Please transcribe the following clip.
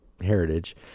heritage